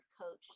coach